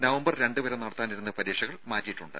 November രണ്ടു വരെ നടത്താനിരുന്ന പരീക്ഷകൾ മാറ്റിയിട്ടുണ്ട്